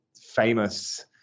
famous